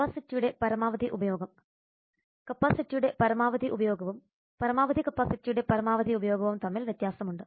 കപ്പാസിറ്റിയുടെ പരമാവധി ഉപയോഗം കപ്പാസിറ്റിയുടെ പരമാവധി ഉപയോഗവും പരമാവധി കപ്പാസിറ്റിയുടെ പരമാവധി ഉപയോഗവും തമ്മിൽ വ്യത്യാസമുണ്ട്